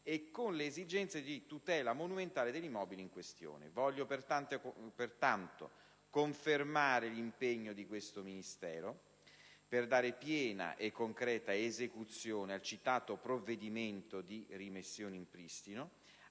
e con le esigenze di tutela monumentale dell'immobile in questione. Voglio pertanto confermare l'impegno di questo Ministero per dare piena e concreta esecuzione al citato provvedimento di rimessione in pristino,